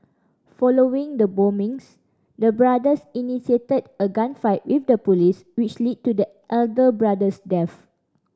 following the bombings the brothers initiated a gunfight with the police which led to the elder brother's death